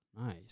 Nice